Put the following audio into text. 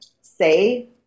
say